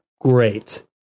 great